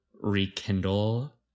rekindle